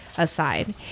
Aside